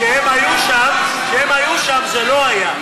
כשהם היו שם זה לא היה.